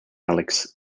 alex